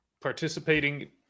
participating